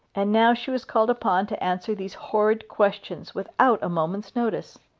and now she was called upon to answer these horrid questions without a moment's notice!